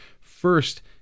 first